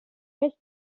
peix